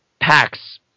Packs